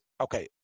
Okay